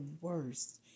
worst